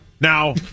Now